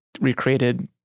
recreated